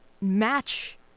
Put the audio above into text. match